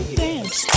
dance